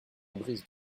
brise